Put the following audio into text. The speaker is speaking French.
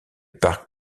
parc